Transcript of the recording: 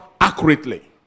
accurately